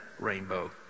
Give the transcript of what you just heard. rainbow